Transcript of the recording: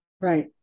right